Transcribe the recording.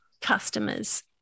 customers